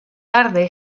tarde